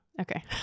Okay